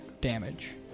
damage